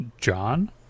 John